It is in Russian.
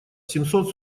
семьсот